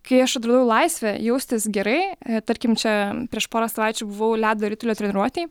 kai aš atradau laisvę jaustis gerai tarkim čia prieš porą savaičių buvau ledo ritulio treniruotėj